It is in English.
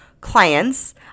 clients